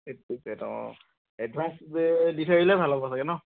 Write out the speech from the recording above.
অঁ এডভান্স গৈ দি থৈ আহিলে ভাল হ'ব চাগে ন